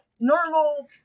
normal